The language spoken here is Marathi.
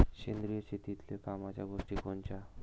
सेंद्रिय शेतीतले कामाच्या गोष्टी कोनच्या?